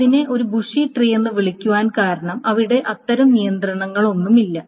അതിനെ ഒരു bushy tree എന്ന് വിളിക്കുവാൻ കാരണം അവിടെ അത്തരം നിയന്ത്രണങ്ങളൊന്നുമില്ല